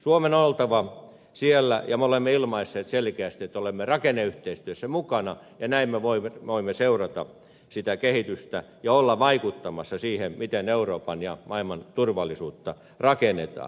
suomen on oltava siellä ja me olemme ilmaisseet selkeästi että olemme rakenneyhteistyössä mukana ja näin me voimme seurata sitä kehitystä ja olla vaikuttamassa siihen miten euroopan ja maailman turvallisuutta rakennetaan